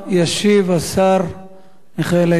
ישיב השר מיכאל איתן.